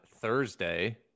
Thursday